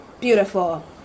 beautiful